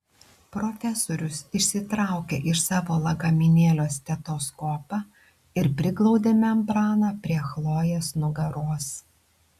profesorius išsitraukė iš savo lagaminėlio stetoskopą ir priglaudė membraną prie chlojės nugaros